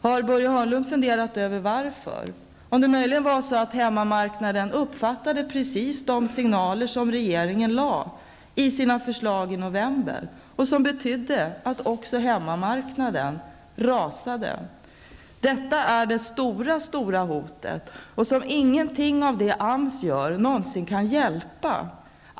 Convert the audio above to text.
Har Börje Hörnlund funderat över varför -- om det möjligen var så att hemmamarknaden uppfattade just de signaler som regeringen gav genom sina förslag i november och som medförde att också hemmamarknaden rasade? Detta är det stora hotet, och det kan ingenting som AMS gör avhjälpa.